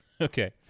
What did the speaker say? Okay